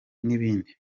n’ibindi